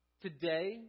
Today